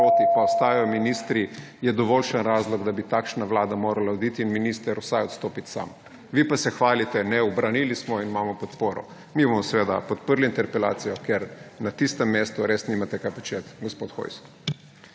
pa ostajajo ministri, je dovoljšen razlog, da bi takšna vlada morala oditi in minister vsaj odstopiti sam, vi pa se hvalite, da ne, ubranili smo in imamo podporo. Mi bomo seveda podprli interpelacijo, ker na tistem mestu res nimate kaj početi, gospod Hojs.